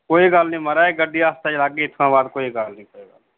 कोई गल्ल नी महाराज गड्डी आस्तै चलागे इत्थुआं बाद कोई गल्ल नी